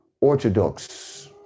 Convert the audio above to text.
Orthodox